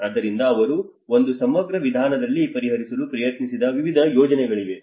ಆದ್ದರಿಂದ ಅವರು 1 ಸಮಗ್ರ ವಿಧಾನದಲ್ಲಿ ಪರಿಹರಿಸಲು ಪ್ರಯತ್ನಿಸಿದ ವಿವಿಧ ಯೋಜನೆಗಳಿವೆ